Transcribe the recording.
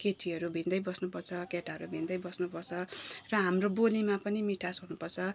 केटीहरू भिन्दै बस्नुपर्छ केटाहरू भिन्दै बस्नुपर्छ र हाम्रो बोलीमा पनि मिठास हुनुपर्छ